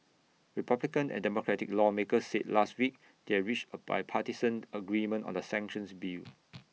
republican and democratic lawmakers said last week they are reached A bipartisan agreement on the sanctions bill